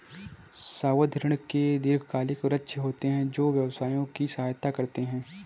सावधि ऋण के दीर्घकालिक लक्ष्य होते हैं जो व्यवसायों की सहायता करते हैं